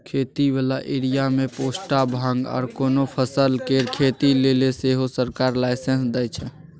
खेती बला एरिया मे पोस्ता, भांग आर कोनो फसल केर खेती लेले सेहो सरकार लाइसेंस दइ छै